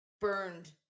burned